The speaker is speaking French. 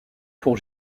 pour